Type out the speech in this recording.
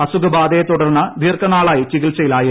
അസുഖബാധയ്ക്ക് തുടർന്ന് ദീർഘനാളായി ചികിത്സയിലായിരുന്നു